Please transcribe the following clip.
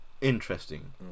interesting